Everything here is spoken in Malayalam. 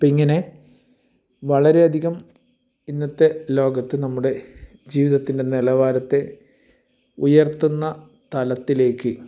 അപ്പം ഇങ്ങനെ വളരെയധികം ഇന്നത്തെ ലോകത്ത് നമ്മുടെ ജീവിതത്തിൻ്റെ നിലവാരത്തെ ഉയർത്തുന്ന തലത്തിലേക്ക്